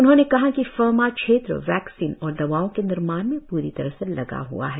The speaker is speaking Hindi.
उन्होंने कहा कि फार्मा क्षेत्र वैक्सीन और दवाओं के निर्माण में पूरी तरह से लगा हआ है